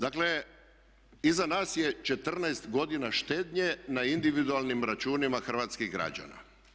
Dakle, iza nas je 14 godina štednje na individualnim računima hrvatskih građana.